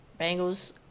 Bengals